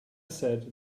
said